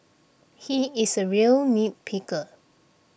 he is a real nit picker